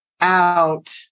out